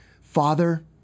Father